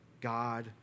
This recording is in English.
God